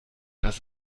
dass